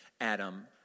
Adam